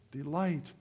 delight